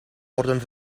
worden